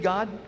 God